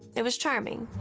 it was charming.